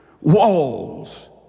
walls